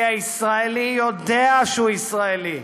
כי הישראלי יודע שהוא ישראלי,